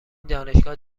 دانشگاه